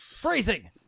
Freezing